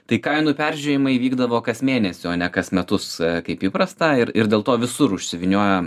tai kainų peržiūrėjimai vykdavo kas mėnesį o ne kas metus kaip įprasta ir ir dėl to visur užsivyniojo